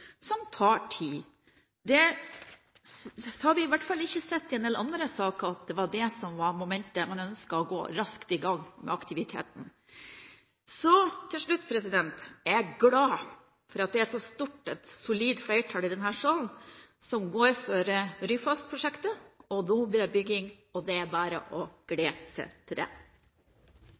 som tar tid. Vi har i hvert fall ikke i en del andre saker sett at det var momentet – man ønsket å gå raskt i gang med aktiviteten. Til slutt: Jeg er glad for at det er et stort og solid flertall i denne salen som går inn for Ryfastprosjektet. Nå blir det bygging – det er bare å glede seg til det!